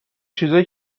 چیزای